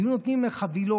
הן היו נותנות חבילות,